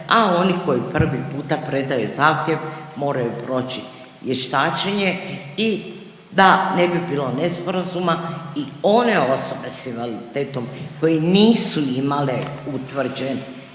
a oni koji prvi puta predaju zahtjev moraju proći vještačenje i da ne bi bilo nesporazuma i one osobe s invaliditetom koje nisu imale utvrđen